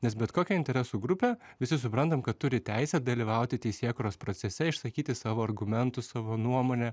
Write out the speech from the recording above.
nes bet kokia interesų grupė visi suprantam kad turi teisę dalyvauti teisėkūros procese išsakyti savo argumentus savo nuomonę